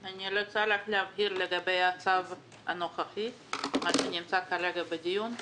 אני רוצה להבהיר לגבי הצו הנוכחי שנמצא כרגע בדיון.